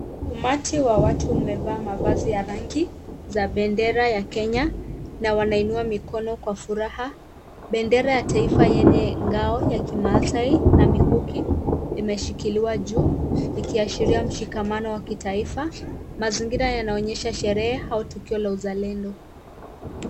Umati wa watu umevaa mavazi ya rangi za bendera ya Kenya na wanainua mikono kwa furaha. Bendera ya taifa yenye ngao ya kimasaai na mikuki imeshikiliwa juu, ikiashiria mshikimano ya taifa. mazingira yanaonyesha sheree au tukio la uzalendo.